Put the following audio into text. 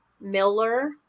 Miller